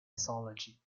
mythology